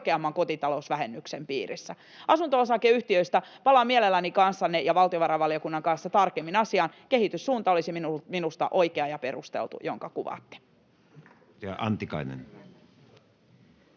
korkeamman kotitalousvähennyksen piirissä. Asunto-osakeyhtiöistä: Palaan mielelläni kanssanne ja valtiovarainvaliokunnan kanssa tarkemmin asiaan. Kehityssuunta, jonka kuvaatte, olisi minusta oikea ja perusteltu. [Speech 79] Speaker: Matti Vanhanen